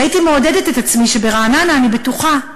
והייתי מעודדת את עצמי שברעננה אני בטוחה.